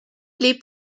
lebt